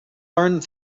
learned